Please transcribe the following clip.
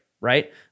right